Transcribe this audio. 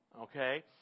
Okay